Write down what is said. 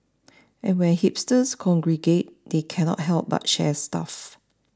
and when hipsters congregate they cannot help but share stuff